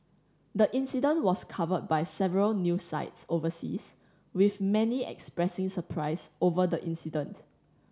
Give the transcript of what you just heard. the incident was covered by several news sites overseas with many expressing surprise over the incident